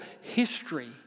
history